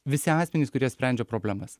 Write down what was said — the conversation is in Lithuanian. visi asmenys kurie sprendžia problemas